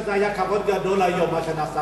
לא נראה לי שזה היה כבוד גדול היום, מה שנעשה.